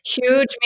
Huge